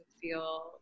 feel